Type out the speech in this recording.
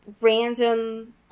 random